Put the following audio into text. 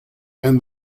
and